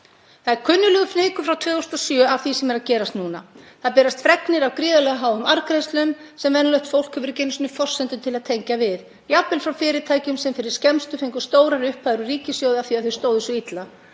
Það er kunnuglegur fnykur frá 2007 af því sem er að gerast núna. Það berast fregnir af gríðarlega háum arðgreiðslum sem venjulegt fólk hefur ekki einu sinni forsendur til að tengja við, jafnvel frá fyrirtækjum sem fyrir skemmstu fengu stórar upphæðir úr ríkissjóði af því að þau stóðu svo illa.